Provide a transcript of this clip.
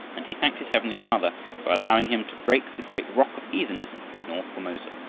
and he thanked his heavenly father for allowing him to break the great rock of heathenism in north formosa.